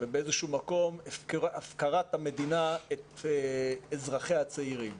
ובאיזשהו מקום הפקרת המדינה את אזרחיה הצעירים.